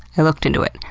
i looked in to it.